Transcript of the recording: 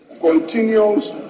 continues